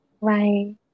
Right